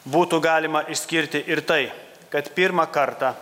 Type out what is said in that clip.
būtų galima išskirti ir tai kad pirmą kartą